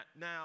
now